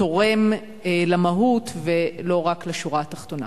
תורם למהות ולא רק לשורה התחתונה?